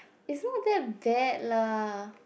it's not that bad lah